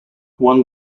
one